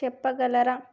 చెప్పగలరా